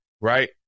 right